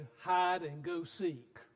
hide-and-go-seek